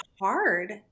hard